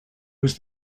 was